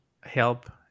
help